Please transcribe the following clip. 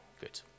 Good